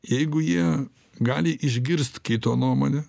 jeigu jie gali išgirst kito nuomonę